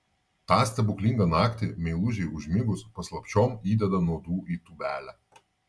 tą stebuklingą naktį meilužei užmigus paslapčiom įdeda nuodų į tūbelę